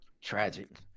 Tragic